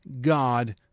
God